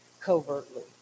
covertly